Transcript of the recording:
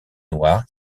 noirs